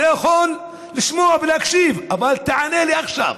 אתה יכול לשמוע ולהקשיב, אבל תענה לי עכשיו,